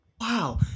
Wow